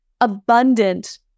abundant